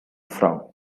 frown